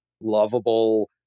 lovable